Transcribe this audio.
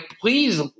please